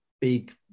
big